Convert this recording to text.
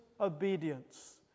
obedience